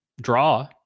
draw